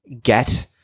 get